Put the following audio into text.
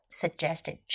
suggested